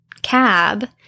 cab